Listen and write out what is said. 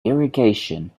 irrigation